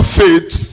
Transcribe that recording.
faith